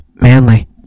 manly